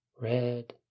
red